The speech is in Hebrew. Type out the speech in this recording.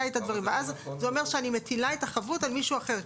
את הדברים ואז זה אומר שאני מטילה את החבות על מישהו אחר.